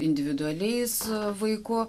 individualiai su vaiku